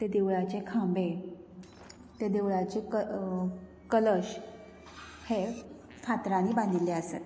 ते देवळाचे खांबे ते देवळाचे क कलश हे फातरांनी बांदिल्ले आसात